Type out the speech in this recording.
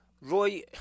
Roy